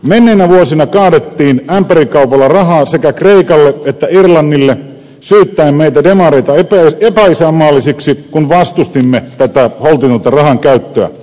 menneinä vuosina kaadettiin ämpärikaupalla rahaa sekä kreikalle että irlannille syyttäen meitä demareita epäisänmaallisiksi kun vastustimme tätä holtitonta rahankäyttöä